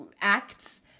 acts